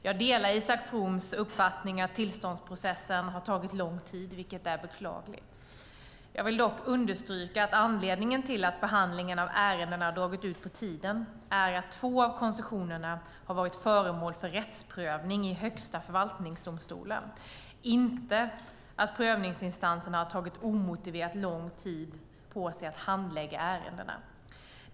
Jag delar Isak Froms uppfattning att tillståndsprocessen har tagit lång tid, vilket är beklagligt. Jag vill dock understryka att anledningen till att behandlingen av ärendena har dragit ut på tiden är att två av koncessionerna har varit föremål för rättsprövning i Högsta förvaltningsdomstolen - inte att prövningsinstanserna har tagit omotiverat lång tid på sig att handlägga ärendena.